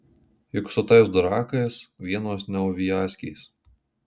juk su tais durakais vienos neuviazkės